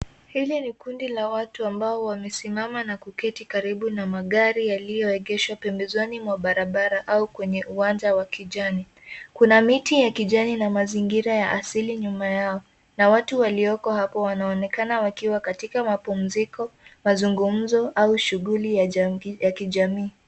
Hili ni kundi la watu ambao wamesimama na kuketi karibu na magari yaliyoegeshwa pembezoni mwa barabara au kwenye uwanja wa kijani. Kuna miti ya kijani na mazingira ya asili nyuma yao na watu walioko hapo wanaonekana wakiwa kwa mapumziko, mazungumzo au shughuli ya kijamii.